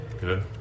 good